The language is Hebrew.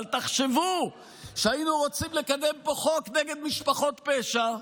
אבל תחשבו שהיינו רוצים לקדם פה חוק נגד משפחות פשע,